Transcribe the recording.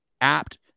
apt